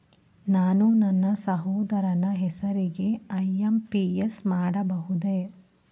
ನಾನು ನನ್ನ ಸಹೋದರನ ಹೆಸರಿಗೆ ಐ.ಎಂ.ಪಿ.ಎಸ್ ಮಾಡಬಹುದೇ?